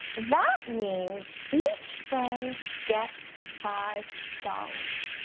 that means each friend gets five dollars.